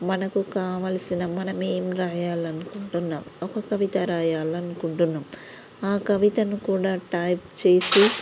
మనకు కావాల్సిన మనం ఏం రాయాలనుకుంటున్నాం ఒక కవిత రాయాలనుకుంటున్నాం ఆ కవితను కూడా టైప్ చేసి